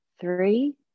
three